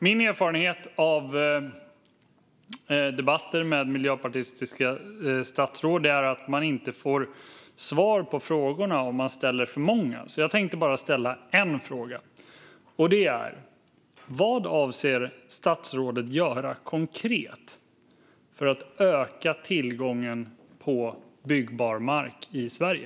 Min erfarenhet av debatter med miljöpartistiska statsråd är att man inte får svar på frågorna om man ställer för många, så jag tänkte bara ställa en fråga: Vad avser statsrådet att göra konkret för att öka tillgången på byggbar mark i Sverige?